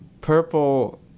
purple